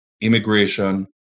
immigration